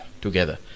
together